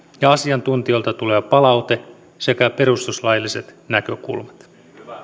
ja asiantuntijoilta tuleva palaute sekä perustuslailliset näkökulmat